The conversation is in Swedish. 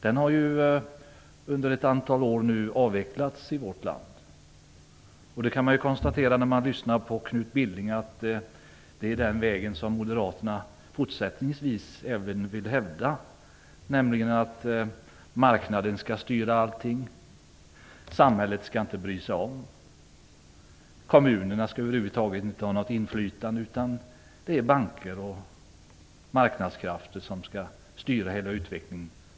Den har avvecklats i vårt land under ett antal år. När man lyssnar på Knut Billing kan man konstatera att det är den väg moderaterna fortsättningsvis vill hävda, nämligen att marknaden skall styra, att samhället inte skall bry sig om, att kommunerna inte skall ha något inflytande. Det är banker och marknadskrafter som skall styra utvecklingen.